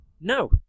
No